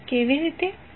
કેવી રીતે